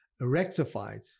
rectified